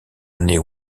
années